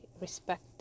respect